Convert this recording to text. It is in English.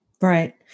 Right